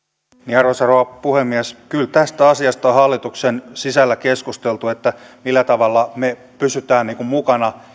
arvoisa rouva puhemies kyllä tästä asiasta on hallituksen sisällä keskusteltu millä tavalla me pysymme mukana